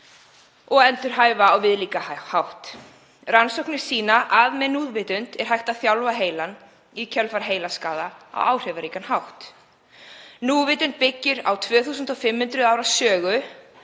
og endurhæfa á viðlíka hátt. Rannsóknir sýna að með núvitund er hægt að þjálfa heilann í kjölfar heilaskaða á áhrifaríkan hátt. Núvitund byggir á 2500 ára sögu